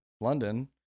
London